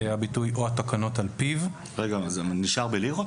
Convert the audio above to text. הביטוי: "או התקנות על פיו" --- זה נשאר בלירות?